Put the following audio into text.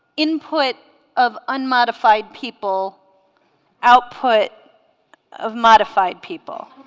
input of unmodified people output of modified people